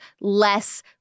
less